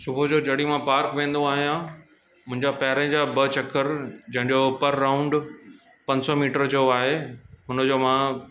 सुबुह जो जडहिं मां पार्क वेंदो आहियां मुंहिजा पहिरीं जा ॿ चकर जंहिंजो अपर राउंड पंज सौ मीटर जो आहे हुनजो मां